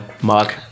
Mark